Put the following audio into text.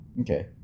okay